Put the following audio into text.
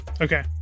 Okay